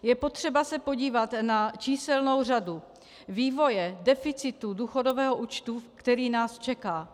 Je potřeba se podívat na číselnou řadu vývoje deficitu důchodového účtu, který nás čeká.